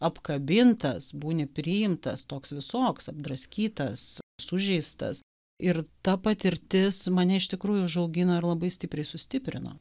apkabintas būni priimtas toks visoks apdraskytas sužeistas ir ta patirtis mane iš tikrųjų užaugino ir labai stipriai sustiprino